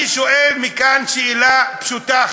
אני שואל מכאן שאלה פשוטה,